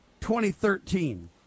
2013